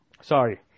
Sorry